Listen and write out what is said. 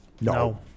No